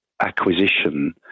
acquisition